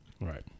Right